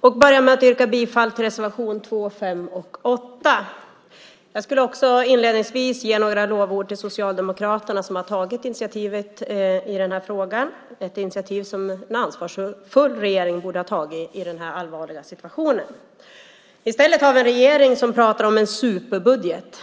Jag vill börja med att yrka bifall till reservationerna 2, 5 och 8. Jag skulle också inledningsvis vilja ge några lovord till Socialdemokraterna som har tagit initiativet i den här frågan, ett initiativ som en ansvarsfull regering borde ha tagit i den här allvarliga situationen. I stället har vi en regering som pratar om en superbudget.